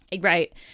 Right